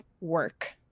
work